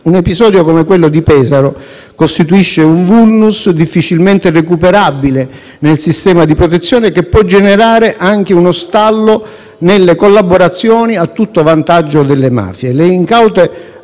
Un episodio come quello di Pesaro costituisce un *vulnus* difficilmente recuperabile nel sistema di protezione, che può generare anche uno stallo nelle collaborazioni a tutto vantaggio delle mafie.